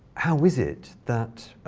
how is it that